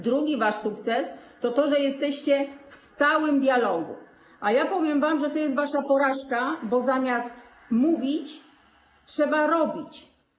Drugim wasz sukces to to, że jesteście w stałym dialogu, a ja powiem wam, że to jest wasza porażka, bo zamiast mówić, trzeba robić.